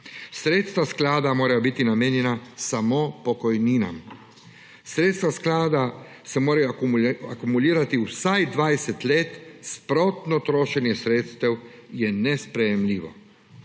Sredstva sklada morajo biti namenjena samo pokojninam. Sredstva sklada se morajo akumulirati vsaj 20 let, sprotno trošenje sredstev je nesprejemljivo.